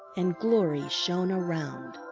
and glory shone around.